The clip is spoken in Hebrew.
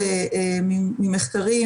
דיונים מורכבים,